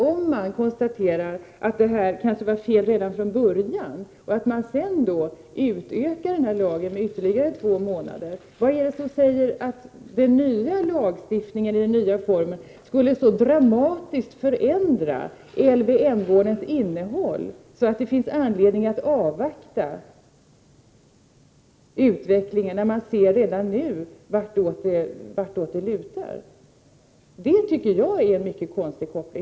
Om man konstaterar att detta var fel redan från början och man ändå utökar denna vård med ytterligare två månader, vad är det då som säger att den nya lagstiftningen och vården i den nya formen skulle så dramatiskt förändra LVM-vårdens innehåll, att det finns anledning att avvakta utvecklingen, när man redan nu ser vartåt det lutar? Det tycker jag är mycket konstigt.